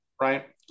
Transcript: Right